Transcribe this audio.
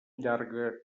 llarga